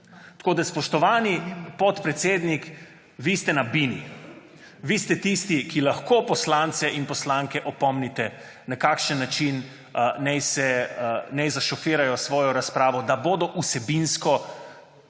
Tako da, spoštovani podpredsednik, vi ste na bini, vi ste tisti, ki lahko poslance in poslanke opomnite, na kakšen način naj zašofirajo svojo razpravo, da bodo vsebinsko